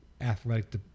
athletic